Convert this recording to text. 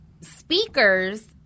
speakers